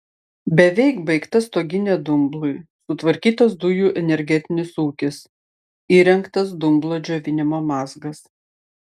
beveik baigta stoginė dumblui sutvarkytas dujų energetinis ūkis įrengtas dumblo džiovinimo mazgas